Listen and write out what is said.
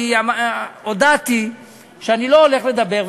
אני הודעתי שאני לא הולך לדבר,